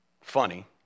Funny